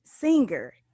Singer